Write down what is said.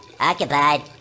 Occupied